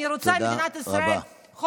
אני רוצה את מדינת ישראל חופשייה,